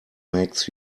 makes